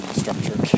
structure